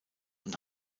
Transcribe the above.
und